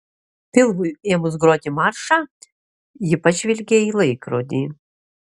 pilvui ėmus groti maršą ji pažvelgė į laikrodį